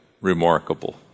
remarkable